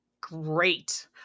Great